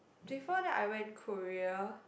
before that I went Korea